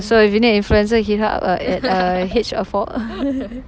so if you need an influencer hit her up ah at uh H uh four